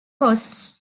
costs